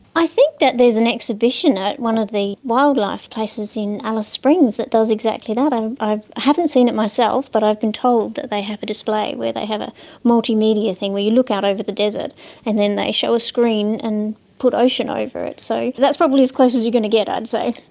i think that there is an exhibition at one of the wildlife places in alice springs that does exactly that. and i haven't seen it myself but i have been told that they have a display where they have a multimedia thing where you look out over the desert and then they show a screen and put ocean over it. so that's probably as close as you're going to get, i'd say.